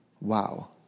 Wow